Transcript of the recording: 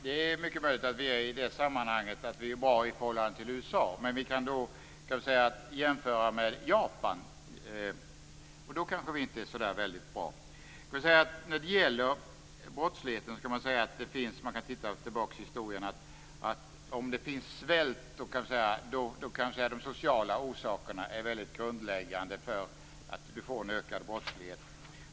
Herr talman! Det är mycket möjligt att vi är bra i förhållande till USA. Men om vi jämför med Japan så kanske vi inte är så bra. Om man ser tillbaka på historien kan man säga att om det finns svält är de sociala orsakerna mycket grundläggande för att man får en ökad brottslighet.